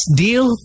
deal